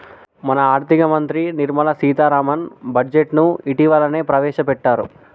మన ఆర్థిక మంత్రి నిర్మల సీతారామన్ బడ్జెట్ను ఇటీవలనే ప్రవేశపెట్టారు